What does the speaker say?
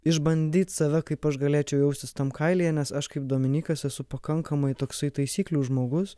išbandyt save kaip aš galėčiau jaustis tam kailyje nes aš kaip dominykas esu pakankamai toksai taisyklių žmogus